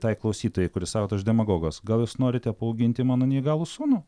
tai klausytojai kuri sako kad aš demagogas gal jūs norite paauginti mano neįgalų sūnų